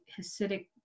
Hasidic